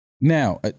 Now